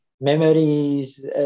memories